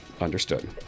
Understood